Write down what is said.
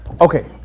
Okay